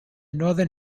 northern